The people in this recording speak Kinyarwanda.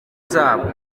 zabo